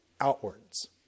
outwards